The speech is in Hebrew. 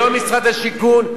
היום משרד השיכון,